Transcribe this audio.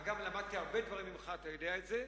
אגב, למדתי ממך הרבה דברים, אתה יודע את זה.